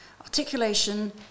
Articulation